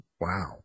wow